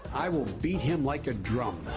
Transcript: i will beat him like a drum.